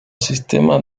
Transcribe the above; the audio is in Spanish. sistema